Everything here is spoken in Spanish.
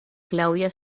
claudia